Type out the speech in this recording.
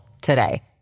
today